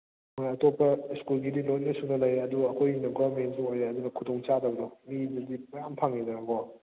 ꯍꯣꯏ ꯑꯇꯣꯞꯄ ꯁ꯭ꯀꯨꯜꯒꯤꯗꯤ ꯂꯣꯏꯅ ꯁꯨꯅ ꯂꯩꯔꯦ ꯑꯗꯨ ꯑꯩꯈꯣꯏꯒꯤ ꯒꯣꯔꯃꯦꯟꯒꯤ ꯑꯣꯏꯔꯦ ꯑꯗꯨꯅ ꯈꯨꯗꯣꯡꯆꯥꯗꯕꯗ ꯃꯤꯗꯗꯤ ꯃꯌꯥꯝ ꯐꯪꯉꯤꯗꯅꯀꯣ